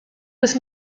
was